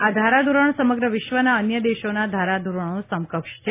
આ ધારાધોરણ સમગ્ર વિશ્વના અન્ય દેશોના ધારાધોરણ સમકક્ષ છે